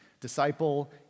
disciple